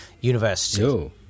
University